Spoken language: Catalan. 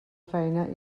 feina